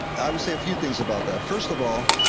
i would say a few things about that. first of all,